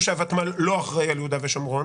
שהותמ"ל לא אחראי על יהודה ושומרון,